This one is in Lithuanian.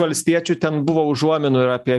valstiečių ten buvo užuominų ir apie